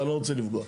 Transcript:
אני לא רוצה לפגוע.